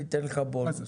ניתן לך בונוס,